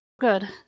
Good